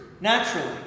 naturally